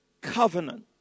covenant